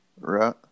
Right